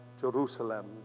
Jerusalem